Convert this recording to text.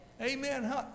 Amen